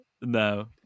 No